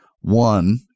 One